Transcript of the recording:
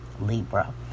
Libra